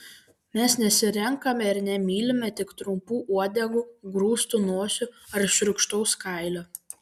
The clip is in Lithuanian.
mes nesirenkame ir nemylime tik trumpų uodegų grūstų nosių ar šiurkštaus kailio